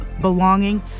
belonging